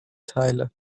teile